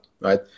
right